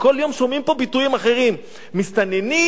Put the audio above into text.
כל יום שומעים פה ביטויים אחרים: מסתננים,